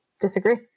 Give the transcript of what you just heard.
disagree